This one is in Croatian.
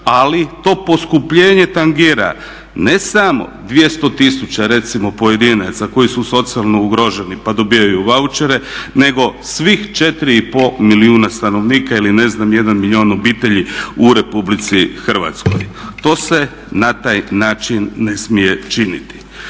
ali to poskupljenje tangira ne samo 200 000 recimo pojedinaca koji su socijalno ugroženi pa dobivaju vauchere nego svih 4,5 milijuna stanovnika ili 1 milijun obitelji u Republici Hrvatskoj. To se na taj način ne smije činiti.